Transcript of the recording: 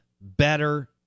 better